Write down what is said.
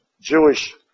Jewish